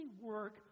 work